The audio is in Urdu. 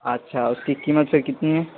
اچھا اس کی وقیمت سر کتنی ہے